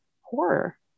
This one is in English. horror